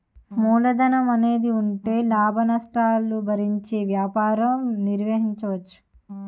మూలధనం అనేది ఉంటే లాభనష్టాలను భరించే వ్యాపారం నిర్వహించవచ్చు